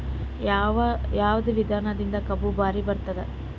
ಯಾವದ ವಿಧಾನದಿಂದ ಕಬ್ಬು ಭಾರಿ ಬರತ್ತಾದ?